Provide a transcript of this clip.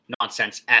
Nonsense